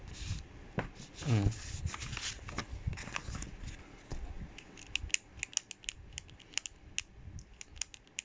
mm